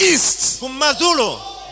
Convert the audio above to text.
East